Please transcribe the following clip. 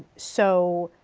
so,